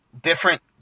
different